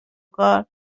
کار